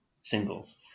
singles